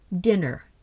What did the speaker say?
dinner